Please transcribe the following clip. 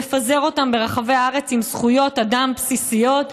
מפזר אותם ברחבי הארץ עם זכויות אדם בסיסיות,